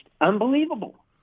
unbelievable